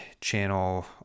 Channel